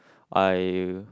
I